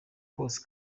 kose